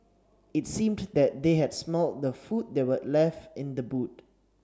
it seemed that they had smelt the food that were left in the boot